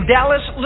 Dallas